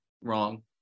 wrong